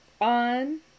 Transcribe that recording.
on